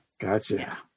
Gotcha